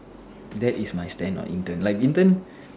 that is my stand on intern like intern